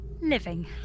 Living